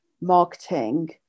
marketing